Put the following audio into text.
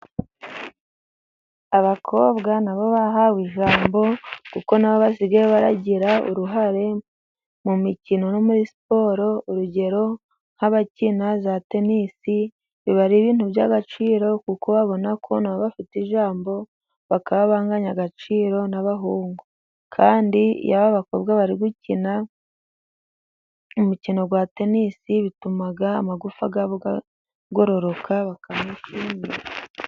Abakobwa na bo bahawe ijambo, kuko na bo basigaye baragira uruhare mu mikino no muri siporo, urugero nk'abakina za tenisi, biba ari ibintu by'agaciro, kuko babona ko bafite ijambo, bakaba banganya agaciro n'abahungu. Kandi iyo abakobwa bari gukina umukino wa tenisi bituma amagufa yabo agororoka,